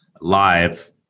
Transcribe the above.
Live